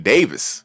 Davis